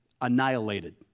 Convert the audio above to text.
annihilated